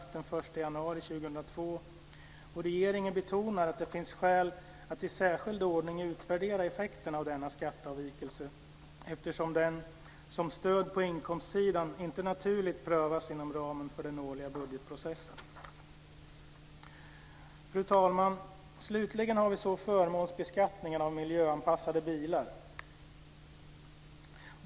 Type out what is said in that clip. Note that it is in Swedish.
2002, och regeringen betonar att det finns skäl att i särskild ordning utvärdera effekterna av denna skatteavvikelse eftersom den, som stöd på inkomstsidan, inte naturligt prövas inom ramen för den årliga budgetprocessen. Fru talman! Slutligen har vi förmånsbeskattningen av miljöanpassade bilar.